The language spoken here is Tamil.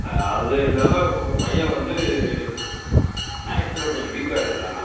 அதுவும் இல்லாமல் உங்கள் பையன் வந்து மேக்ஸ்ஸில் கொஞ்சம் வீக்காக இருக்கிறான்